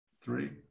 three